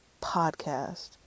podcast